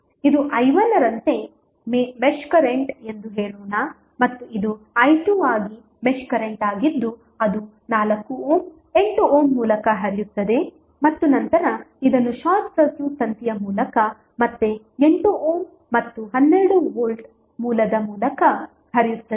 ಇದು i1 ರಂತೆ mesh current ಎಂದು ಹೇಳೋಣ ಮತ್ತು ಇದು i2 ಆಗಿ ಮೆಶ್ ಕರೆಂಟ್ ಆಗಿದ್ದು ಅದು 4 ಓಮ್ 8 ಓಮ್ ಮೂಲಕ ಹರಿಯುತ್ತದೆ ಮತ್ತು ನಂತರ ಇದನ್ನು ಶಾರ್ಟ್ ಸರ್ಕ್ಯೂಟ್ ತಂತಿಯ ಮೂಲಕ ಮತ್ತೆ 8 ಓಮ್ ಮತ್ತು 12 ವೋಲ್ಟ್ ಮೂಲದ ಮೂಲಕ ಹರಿಯುತ್ತದೆ